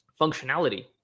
functionality